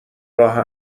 راه